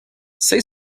say